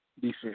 defense